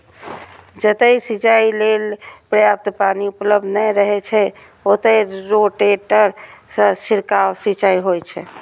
जतय सिंचाइ लेल पर्याप्त पानि उपलब्ध नै रहै छै, ओतय रोटेटर सं छिड़काव सिंचाइ होइ छै